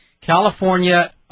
California